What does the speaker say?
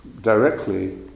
directly